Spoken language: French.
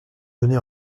donné